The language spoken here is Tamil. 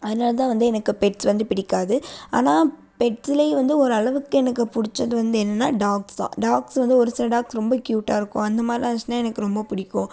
அதனால் தான் வந்து எனக்கு பெட்ஸ் வந்து பிடிக்காது ஆனால் பெட்ஸிலேயும் வந்து ஓரளவுக்கு எனக்கு பிடிச்சது வந்து என்னென்னா டாக்ஸ் தான் டாக்ஸ் வந்து ஒரு சில டாக்ஸ் ரொம்ப கியூட்டாக இருக்கும் அந்தமாதிரில்லாம் இருந்துச்சுன்னா எனக்கு ரொம்ப பிடிக்கும்